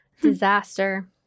Disaster